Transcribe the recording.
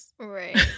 Right